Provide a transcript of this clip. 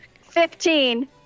Fifteen